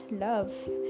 love